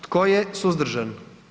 Tko je suzdržan?